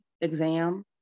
exam